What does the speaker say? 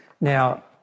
Now